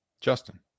Justin